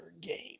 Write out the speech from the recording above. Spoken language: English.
game